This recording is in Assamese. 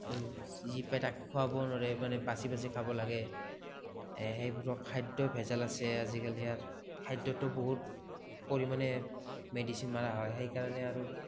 আৰু যি পায় তাকে খোৱাবও নোৱাৰে মানে বাচি বাচি খাব লাগে খাদ্য ভেজাল আছে আজিকালি আৰু খাদ্যটো বহুত পৰিমাণে মেডিচিন মাৰা হয় সেইকাৰণে আৰু